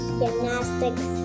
gymnastics